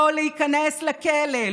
לא להיכנס לכלא,